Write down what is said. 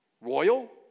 royal